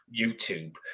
YouTube